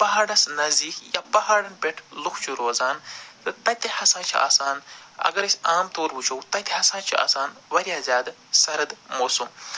پہاڑس نزدیٖک یا پہاڑن پٮ۪ٹھ لُکھ چھِ روزان تہٕ تَتہِ ہَسا چھِ آسان اگر أسۍ عام طور وٕچھو تَتہِ ہَسا چھِ آسان وارِیاہ زیادٕ سرٕد موسم